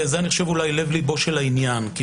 זה לב ליבו של העניין אולי.